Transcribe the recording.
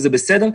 וזה בסדר.